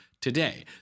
today